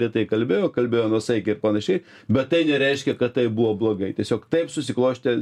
retai kalbėjo kalbėjo nuosaikiai ir panašiai bet tai nereiškia kad tai buvo blogai tiesiog taip susiklostė